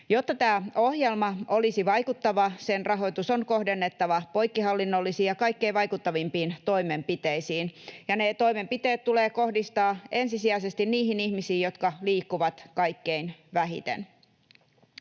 Jotta tämä ohjelma olisi vaikuttava, sen rahoitus on kohdennettava poikkihallinnollisiin ja kaikkein vaikuttavimpiin toimenpiteisiin ja ne toimenpiteet tulee kohdistaa ensisijaisesti niihin ihmisiin, jotka liikkuvat kaikkein vähiten.